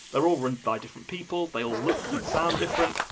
they're all run by different people, they all look and sound different,